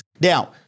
Now